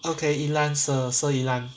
okay yi lan sir sir yi lan